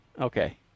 Okay